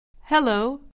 Hello